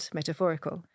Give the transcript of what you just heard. metaphorical